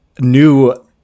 new